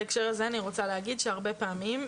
בהקשר הזה אני רוצה להגיד שהרבה פעמים,